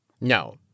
No